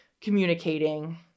communicating